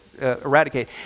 eradicate